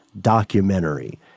documentary